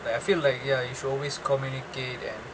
like I feel like ya you should always communicate and